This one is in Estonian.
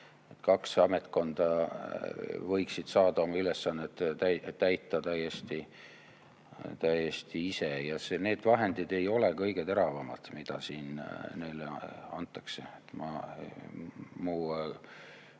Kaks ametkonda võiksid saada oma ülesanded täita täiesti ise ja need vahendid ei ole kõige teravamad, mida siin neile antakse.